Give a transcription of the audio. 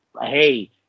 hey